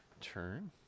turn